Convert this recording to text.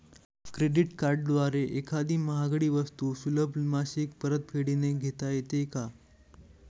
Credit कार्डद्वारे एखादी महागडी वस्तू सुलभ मासिक परतफेडने घेता येते का?